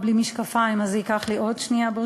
בלי משקפיים אז זה ייקח לי עוד שנייה,